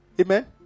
Amen